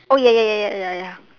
oh ya ya ya ya ya ya